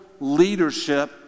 leadership